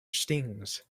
stings